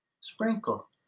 Sprinkle